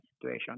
situation